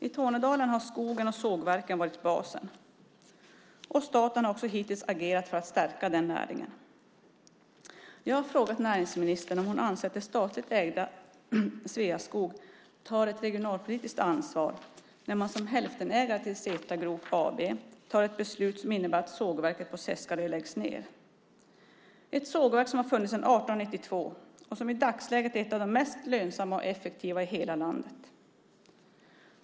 I Tornedalen har skogen och sågverken varit basen, och staten har också hittills agerat för att stärka den näringen. Jag har frågat näringsministern om hon anser att det statligt ägda Sveaskog tar ett regionalpolitiskt ansvar när man som hälftenägare till Setra Group AB tar ett beslut som innebär att sågverket på Seskarö läggs ned. Det är ett sågverk som har funnits sedan 1892 och som i dagsläget är ett av de mest lönsamma och effektiva i hela landet.